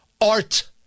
Art